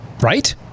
Right